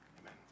Amen